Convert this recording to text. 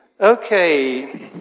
Okay